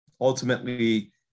ultimately